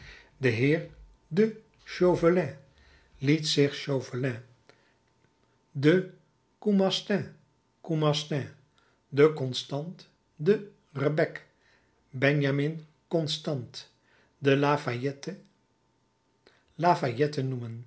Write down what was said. de heer de chauvelin liet zich chauvelin de caumastin caumastin de constant de rebecque benjamin constant de